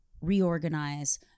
reorganize